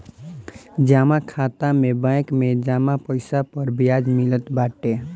जमा खाता में बैंक में जमा पईसा पअ बियाज मिलत बाटे